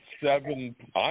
seven